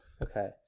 Okay